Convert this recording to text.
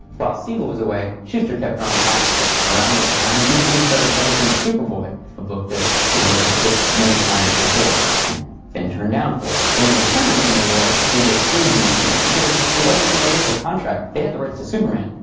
while siegel was away, shuster kept growing comics. around this time, dc started publishing superboy a book that siegel had pitched many times before and been turned down for. when he returned from the war, siegel sued dc, because it wasn't in their initial contract. they had the rights to superman,